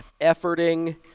efforting